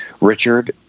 Richard